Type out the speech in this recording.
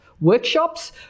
Workshops